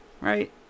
right